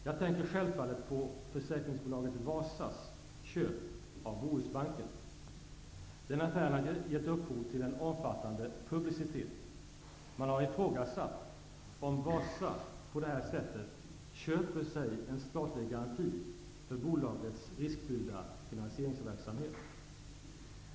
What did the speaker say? Jag tänker självfallet på försäkringsbolaget Wasas köp av Bohusbanken. Den affären har gett upphov till en omfattande publicitet. Man har ifrågasatt om Wasa på det här sättet köper sig en statlig garanti för bolagets riskfyllda finansieringsverksamhet.